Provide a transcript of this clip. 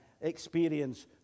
experience